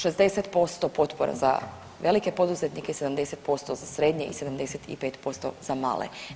60% potpora za velike poduzetnike, 70% za srednje i 75% za male.